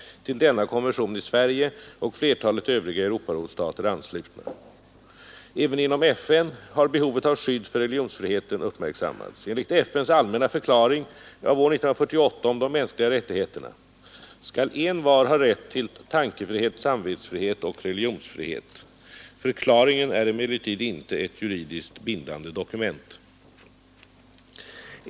Till denna konvention är Sverige och flertalet övriga Europarådsstater anslutna. Även inom FN har behovet av skydd för religionsfriheten uppmärksammats. Enligt FN:s allmänna förklaring av år 1948 om de mänskliga rättigheterna skall envar ha rätt till tankefrihet, samvetsfrihet och religionsfrihet. Förklaringen är emellertid inte ett juridiskt bindande dokument.